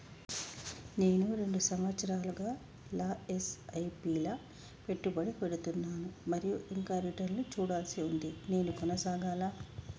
నేను రెండు సంవత్సరాలుగా ల ఎస్.ఐ.పి లా పెట్టుబడి పెడుతున్నాను మరియు ఇంకా రిటర్న్ లు చూడాల్సి ఉంది నేను కొనసాగాలా?